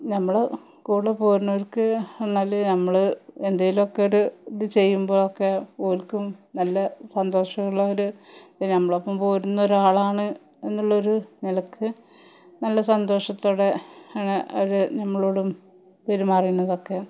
നമ്മൾ കൂടെ പോരുന്നോർക്ക് വന്നാൽ നമ്മൾ എന്തെങ്കിലിമൊക്കെ ഒരു ഇത് ചെയ്യുമ്പോഴൊക്കെ ഓല്ക്കും നല്ല സന്തോഷം ഉള്ളൊരു നമ്മളുടെ ഒപ്പം പോരുന്ന ഒരാളാണ് എന്നുള്ള ഒരു നിലയ്ക്ക് നല്ല സന്തോഷത്തോടെ ആണ് അവർ നമ്മളോടും പെരുമാറുന്നതൊക്കെ